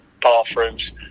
bathrooms